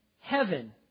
heaven